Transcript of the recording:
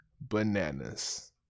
bananas